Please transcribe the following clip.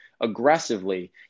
aggressively